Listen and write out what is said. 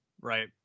Right